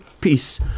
Peace